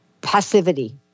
passivity